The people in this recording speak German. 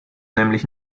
nämlich